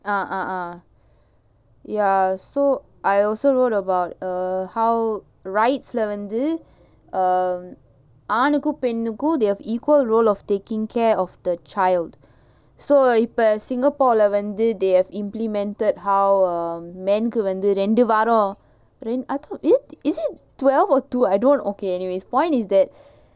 ah ah ah ya so I also wrote about uh how rights leh வந்து ஆணுக்கும் பெண்ணுக்கும் வந்து:aanukum pennukum vanthu they have equal role of taking care of the child so இப்ப:ippa singapore leh வந்து:vanthu they have implemented how uh men கு வந்து ரெண்டு வாரோம்:ku vanthu rendu vaarom eh is it twelve or two I don't okay anyway point is that